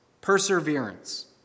Perseverance